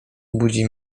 budzi